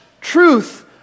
truth